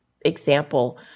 example